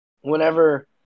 whenever –